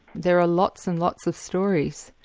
there are lots and lots of stories.